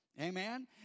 Amen